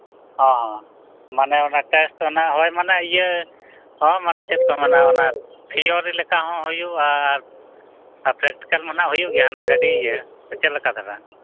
ᱦᱮᱸ ᱦᱮᱸ ᱢᱟᱱᱮ ᱚᱱᱟ ᱴᱮᱥᱴ ᱦᱳᱭ ᱢᱟᱱᱮ ᱤᱭᱟᱹ ᱦᱳᱭ ᱢᱟᱱᱮ ᱪᱮᱫᱠᱚ ᱢᱮᱱᱟ ᱚᱱᱟ ᱛᱷᱭᱳᱨᱤ ᱞᱮᱠᱟᱦᱚᱸ ᱦᱩᱭᱩᱜᱼᱟ ᱟᱨ ᱯᱮᱠᱴᱤᱠᱮᱞ ᱢᱟ ᱱᱟᱦᱟᱸᱜ ᱦᱩᱭᱩᱜ ᱜᱮᱭᱟ ᱚᱱᱟ ᱜᱟᱹᱰᱤ ᱤᱭᱟᱹ ᱥᱮ ᱪᱮᱫᱞᱮᱠᱟ ᱫᱷᱟᱨᱟ